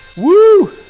whoo!